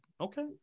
okay